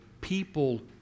people